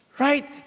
Right